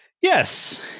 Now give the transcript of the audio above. Yes